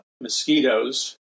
mosquitoes